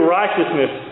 righteousness